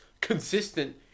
consistent